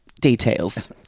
Details